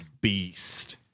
Beast